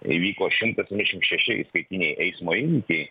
įvyko šimtas trisdešim šeši įskaitiniai eismo įvykiai